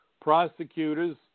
prosecutors